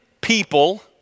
people